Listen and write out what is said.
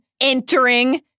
entering